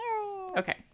Okay